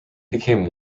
became